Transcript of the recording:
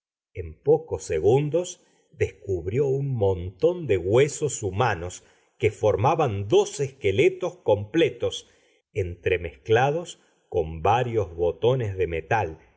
en pocos segundos descubrió un montón de huesos humanos que formaban dos esqueletos completos entremezclados con varios botones de metal